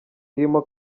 irimo